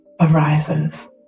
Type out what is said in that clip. arises